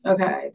Okay